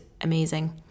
amazing